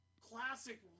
classic